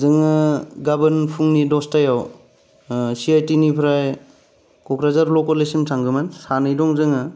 जोङो गाबोन फुंनि दसथायाव सि आइ टिनिफ्राय क'कराझार ल' कलेजसिम थांनोमोन सानै दं जोङो